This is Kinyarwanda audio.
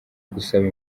gusaba